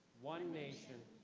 one nation,